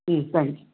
ம் தேங்க்யூ